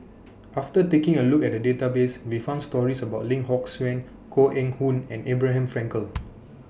after taking A Look At The databases We found stories about Lim Hock Siew Koh Eng Hoon and Abraham Frankel